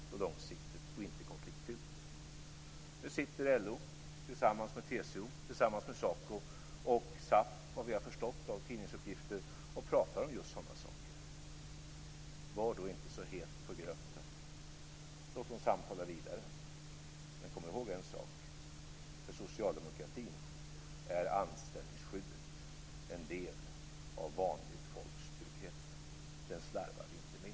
Då blir det stabilt och långsiktigt och inte konfliktfyllt. Nu sitter LO tillsammans med TCO, SACO och SAF, efter vad vi har förstått av tidningsuppgifter, och pratar om just sådana saker. Var inte så het på gröten. Låt dem samtala vidare. Men kom ihåg: För socialdemokratin är anställningsskyddet en del av vanligt folks trygghet. Den slarvar vi inte med.